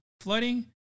flooding